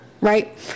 Right